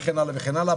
וכן הלאה וכן הלאה.